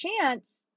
chance